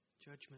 judgment